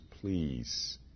please